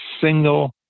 single